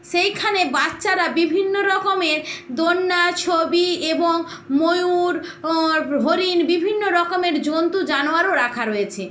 সেইখানে বাচ্চারা বিভিন্ন রকমের দোলনা ছবি এবং ময়ূর হরিণ বিভিন্ন রকমের জন্তু জানোয়ারও রাখা রয়েছে